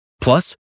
Plus